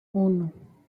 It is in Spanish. uno